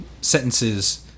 sentences